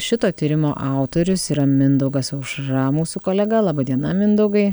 šito tyrimo autorius yra mindaugas aušra mūsų kolega laba diena mindaugai